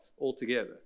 altogether